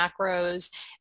macros